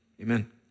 amen